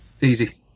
Easy